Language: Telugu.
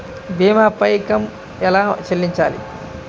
భీమా పైకం ఎలా చెల్లించాలి?